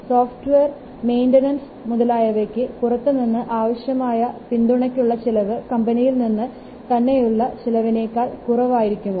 software മെയിൻറനൻസ്സിന് മുതലായവയ്ക്ക് പുറത്തുനിന്ന് ആവശ്യമായ പിന്തുണയ്ക്കള്ള ചിലവ് കമ്പനിയിൽനിന്ന് തന്നെയുള്ള ചിലവിനേക്കാൾ കുറവായിരിക്കുമോ